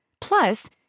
Plus